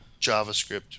JavaScript